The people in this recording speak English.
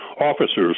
officers